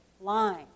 lying